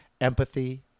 empathy